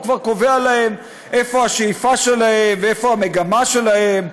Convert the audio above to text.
הוא כבר קובע להם איפה השאיפה שלהם ואיפה המגמה שלהם.